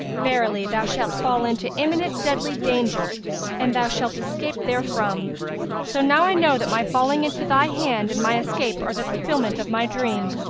verily thou shalt fall into imminent deadly danger and thou shalt escape therefrom so now i know that my falling into thy hand and my escape are the fulfillment of my dream,